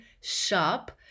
shop